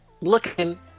looking